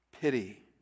pity